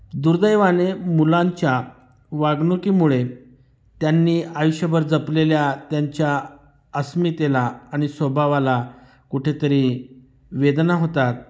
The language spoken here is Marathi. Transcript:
दुर्दैवाने मुलांच्या वागणुकीमुळे त्यांनी आयुष्यभर जपलेल्या त्यांच्या अस्मितेला आणि स्वभावाला कुठेतरी वेदना होतात